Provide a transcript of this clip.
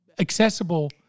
accessible